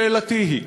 שאלתי היא: